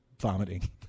vomiting